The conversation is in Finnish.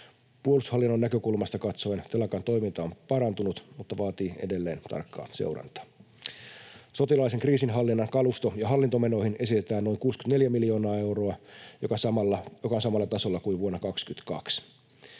Puolustushallinnon näkökulmasta katsoen telakan toiminta on parantunut mutta vaatii edelleen tarkkaa seurantaa. Sotilaallisen kriisinhallinnan kalusto- ja hallintomenoihin esitetään noin 64 miljoonaa euroa, joka on samalla tasolla kuin vuonna 22.